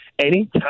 Anytime